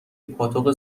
پاتوق